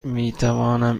میتوانم